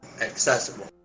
accessible